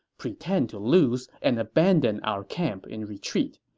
pretend to lose and abandon our camp in retreat.